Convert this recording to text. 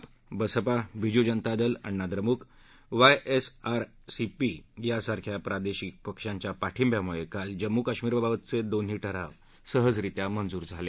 आप बसपा बिजू जनता दल अण्णा द्रमुक वायएसआरसीपी यासारख्या प्रादेशिक पक्षांच्या पाठिंब्यामुळे काल जम्मू कश्मीरबाबतचे दोन्ही ठराव सहजरित्या मंजूर झाले